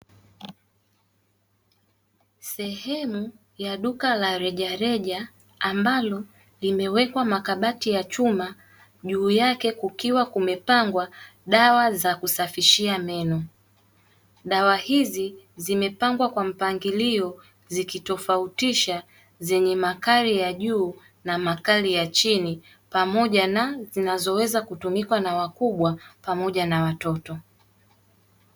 Sehemu ya duka la rejareja ambalo limewekwa makabati ya chuma juu yake kukiwa kumepangwa dawa za kusafishia meno. Dawa hizi zimepangwa kwa mpangilio zikitofautisha zenye makali ya juu na makali ya chini, pamoja na zinazoweza kutumika na wakubwa pamoja na watoto.